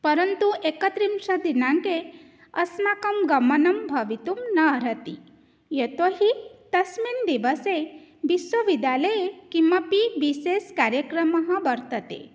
परन्तु एकत्रिंशदिनाङ्के अस्माकं गमनं भवितुं नार्हति यतो हि तस्मिन् दिवसे विश्वविद्यालये किमपि विशेषकार्यक्रमः वर्तते